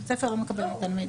בית ספר לא מקבל מאיתנו מידע.